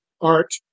art